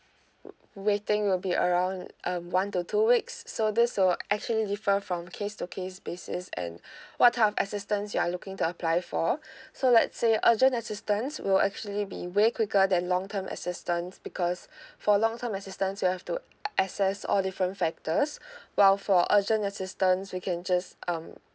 waiting will be around um one to two weeks so this will actually differ from case to case basis and what type of assistance you are looking to apply for so let say urgent assistance will actually be way quicker than long term assistance because for a long time assistance we have to assess all different factors while for urgent assistance we can just um